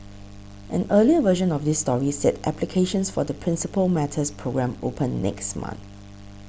an earlier version of this story said applications for the Principal Matters programme open next month